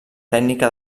tècnica